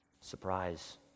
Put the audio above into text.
surprise